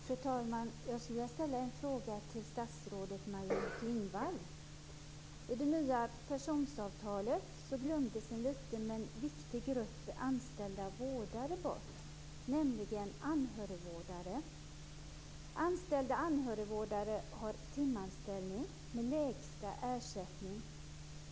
Fru talman! Jag skulle vilja ställa en fråga till statsrådet Maj-Inger Klingvall. I det nya pensionssystemet glömdes en liten men viktig grupp anställda vårdare bort, nämligen anhörigvårdare. Anställda anhörigvårdare har timanställning med lägsta ersättning.